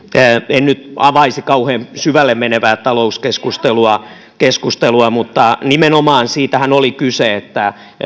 en nyt avaisi kauhean syvälle menevää talouskeskustelua mutta nimenomaan siitähän oli kyse että